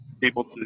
people